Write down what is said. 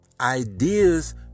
Ideas